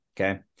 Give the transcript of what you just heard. Okay